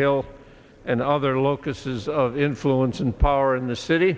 hill and other locus is of influence and power in the city